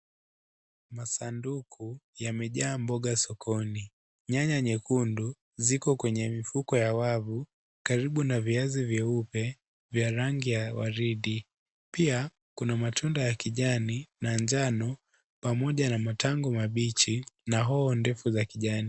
Masanduku yamejaa mboga sokoni, nyanya nyekundu ziko kwenye mifuko ya wavu karibu na viazi vyeupe vya rangi ya waridi, pia kuna matunda ya kijani na njano pamoja na matango mabichi na hoho ndefu za kijani.